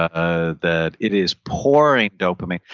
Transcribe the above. ah that it is pouring dopamine.